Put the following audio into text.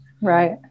Right